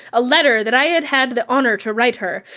a letter that i had had the honor to write her,